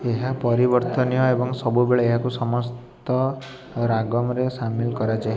ଏହା ପରିବର୍ତ୍ତନୀୟ ଏବଂ ସବୁବେଳେ ଏହାକୁ ସମସ୍ତ ରାଗମ୍ରେ ସାମିଲ କରାଯାଏ